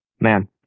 man